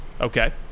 Okay